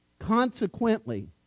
Consequently